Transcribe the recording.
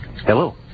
Hello